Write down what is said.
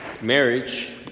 Marriage